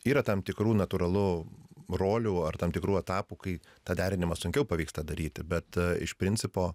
yra tam tikrų natūralu rolių ar tam tikrų etapų kai tą derinimą sunkiau pavyksta daryti bet iš principo